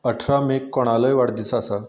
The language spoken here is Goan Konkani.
अठरा मेक कोणालोय वाडदीस आसा